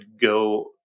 go